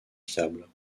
fiables